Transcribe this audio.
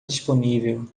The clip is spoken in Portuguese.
disponível